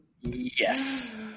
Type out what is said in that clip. Yes